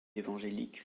évangélique